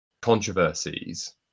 controversies